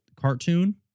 cartoon